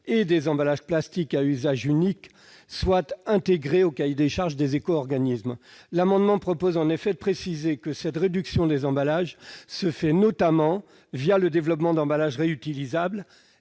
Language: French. et des emballages plastiques à usage unique en particulier soient intégrés au cahier des charges des éco-organismes. L'amendement vise en effet à préciser que cette réduction des emballages se fait notamment via le développement d'emballages réutilisables